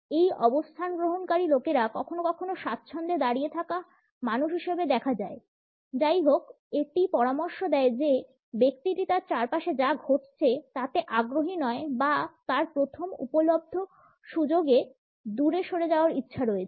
এই অবস্থান গ্রহণকারী লোকেরা কখনও কখনও স্বাচ্ছন্দ্যে দাঁড়িয়ে থাকা মানুষ হিসাবে দেখা যায় যাইহোক এটি পরামর্শ দেয় যে ব্যক্তিটি তার চারপাশে যা ঘটছে তাতে ঠিক আগ্রহী নয় বা তার প্রথম উপলব্ধ সুযোগে দূরে সরে যাওয়ার ইচ্ছা রয়েছে